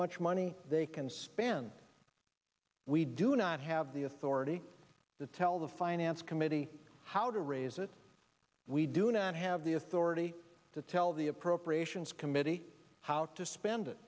much money they can spend we do not have the authority to tell the finance committee how to raise it we do not have the authority to tell the appropriations committee how to spend it